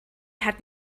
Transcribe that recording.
hat